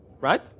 right